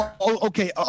Okay